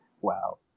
wow